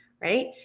right